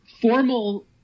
formal